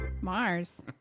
Mars